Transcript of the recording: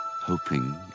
hoping